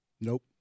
Nope